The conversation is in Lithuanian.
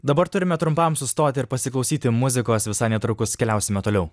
dabar turime trumpam sustoti ir pasiklausyti muzikos visai netrukus keliausime toliau